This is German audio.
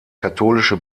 katholische